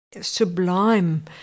sublime